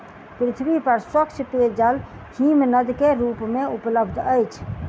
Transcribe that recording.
पृथ्वी पर स्वच्छ पेयजल हिमनद के रूप में उपलब्ध अछि